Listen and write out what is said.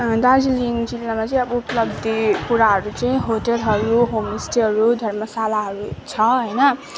दार्जिलिङ जिल्लामा चाहिँ अब उपलब्धि कुराहरू चाहिँ होटेलहरू होमस्टेहरू धर्मशालाहरू छ होइन